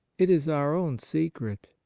it is our own secret,